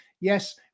Yes